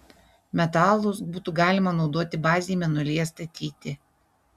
metalus būtų galima naudoti bazei mėnulyje statyti